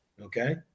okay